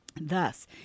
Thus